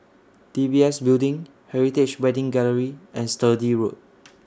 D B S Building Heritage Wedding Gallery and Sturdee Road